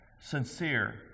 sincere